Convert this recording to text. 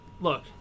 look